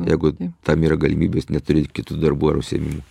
jeigu tam yra galimybės neturi kitų darbų ar užsiėmimų